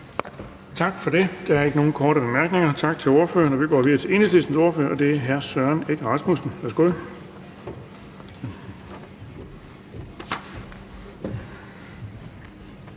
Tak for det. Der er ikke nogen korte bemærkninger. Tak til ordføreren. Vi går videre til Enhedslistens ordfører, og det er hr. Søren Egge Rasmussen. Værsgo.